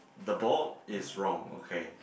the ball is wrong okay